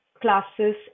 classes